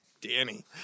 Danny